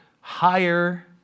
higher